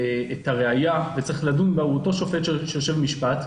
הראיה וצריך לדון בה הוא אותו שופט שיושב במשפט,